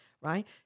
right